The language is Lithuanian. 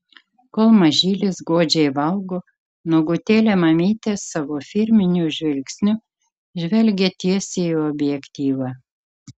kol mažylis godžiai valgo nuogutėlė mamytė savo firminiu žvilgsniu žvelgia tiesiai į objektyvą